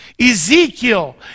Ezekiel